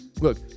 Look